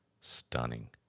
stunning